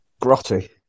grotty